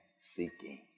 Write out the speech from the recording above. seeking